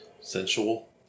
Sensual